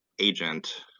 agent